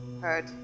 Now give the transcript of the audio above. heard